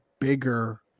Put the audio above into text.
bigger